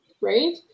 Right